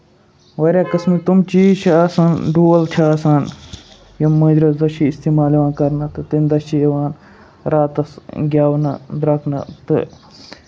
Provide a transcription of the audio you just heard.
واریاہ قٕسمٕکۍ تِم چیٖز چھِ آسان ڈول چھُ آسان یِم مٲنزرٲژٕ دۄہ چھُ اِستعمال یِوان کرنہٕ تہٕ تَمہِ دۄہ چھُ یوان راتس گیونہٕ درٛوٚکنہٕ تہٕ